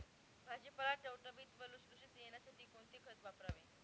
भाजीपाला टवटवीत व लुसलुशीत येण्यासाठी कोणते खत वापरावे?